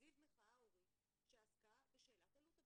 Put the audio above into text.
סביב מחאה הורית שעסקה בשאלת עלות הביטוח.